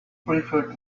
preferred